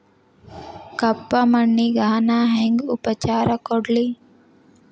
ಕಪ್ಪ ಮಣ್ಣಿಗ ನಾ ಹೆಂಗ್ ಉಪಚಾರ ಕೊಡ್ಲಿ?